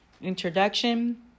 Introduction